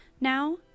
Now